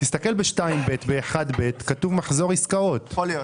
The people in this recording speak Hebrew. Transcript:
יכול להיות.